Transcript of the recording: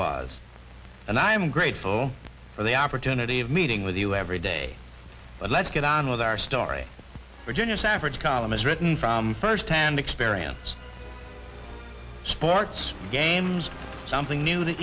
was and i'm grateful for the opportunity of meeting with you every day but let's get on with our story virginia's average column is written from first hand experience sports games something new to